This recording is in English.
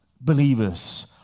believers